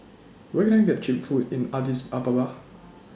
Where Can I get Cheap Food in Addis Ababa